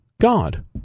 God